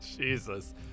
Jesus